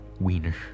wiener